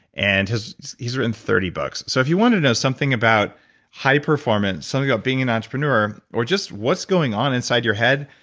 and he's written thirty books. so if you want to know something about high performance, something about being an entrepreneur, or just what's going on inside your head,